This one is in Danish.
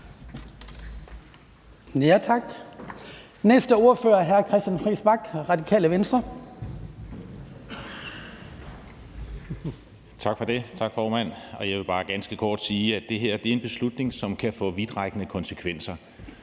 Kl. 09:02 (Ordfører) Christian Friis Bach (RV): Tak, formand. Jeg vil bare ganske kort sige, at det her er en beslutning, som kan få vidtrækkende konsekvenser.